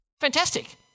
Fantastic